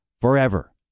forever